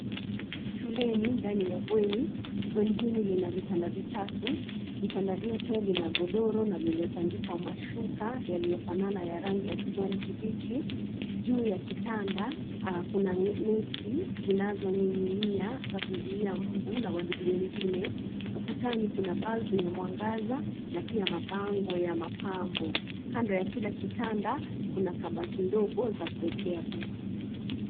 Shuleni, ndani ya bweni, bweni hili lina vitanda vitatu, vitanda vyote vina godoro na vimetandikwa mashuka yaliyofanana ya rangi ya kijani kibichi, juu ya kitanda, kuna neti, zinazoning'inia za kuzuia mbu na wadudu wengine, ukutani kuna balbu ya mwangaza, na pia mabango ya mapambo, kando ya kila kitanda, kuna kabati ndogo za kuwekea vitu.